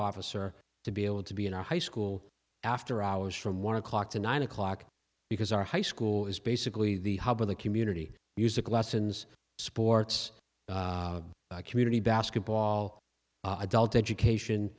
officer to be able to be in our high school after hours from one o'clock to nine o'clock because our high school is basically the hub of the community music lessons sports community basketball adult education